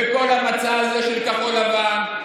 וכל המצע הזה של כחול לבן,